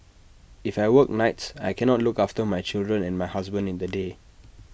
if I work nights I cannot look after my children and my husband in the day